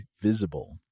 Visible